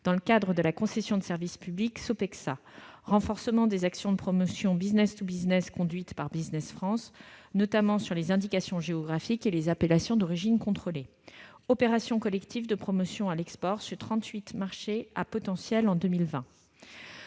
dans le cadre de la concession de service public Sopexa ; renforcement des actions de promotion conduites par Business France, notamment sur les indications géographiques et les appellations d'origine contrôlée ; opérations collectives de promotion à l'export sur 38 marchés à potentiel en 2020